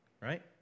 Right